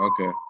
Okay